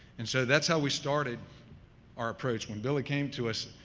and, so, that's how we started our approach. when billy came to us,